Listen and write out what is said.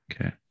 okay